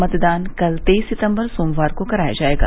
मतदान कल तेईस सितम्बर सोमवार को कराया जायेगा